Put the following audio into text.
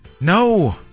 No